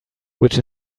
which